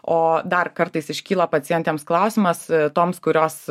o dar kartais iškyla pacientėms klausimas toms kurios